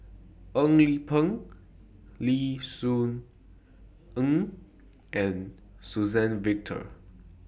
Eng Yee Peng Lim Soo Ngee and Suzann Victor